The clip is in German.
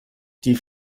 die